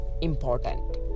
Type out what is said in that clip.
important